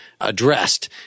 addressed